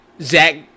Zach